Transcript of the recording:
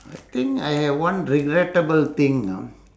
I think I have one regrettable thing now